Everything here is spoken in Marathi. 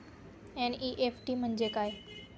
एन.ई.एफ.टी म्हणजे काय?